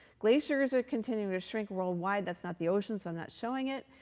glaciers are continuing to shrink worldwide. that's not the ocean so i'm not showing it.